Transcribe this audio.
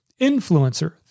influencer